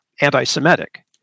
anti-Semitic